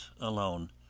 alone